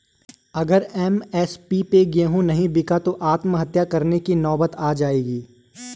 अगर एम.एस.पी पे गेंहू नहीं बिका तो आत्महत्या करने की नौबत आ जाएगी